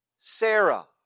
Sarah